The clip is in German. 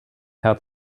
herr